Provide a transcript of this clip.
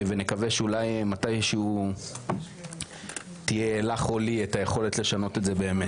ונקווה שאולי מתי שהוא תהיה לך אולי את היכולת לשנות את זה באמת.